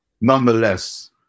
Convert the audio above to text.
nonetheless